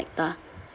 sector